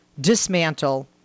dismantle